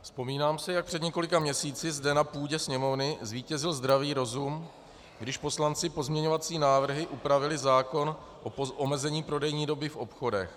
Vzpomínám si, jak před několika měsíci zde na půdě Sněmovny zvítězil zdravý rozum, když poslanci pozměňovacími návrhy upravili zákon o omezení prodejní doby v obchodech.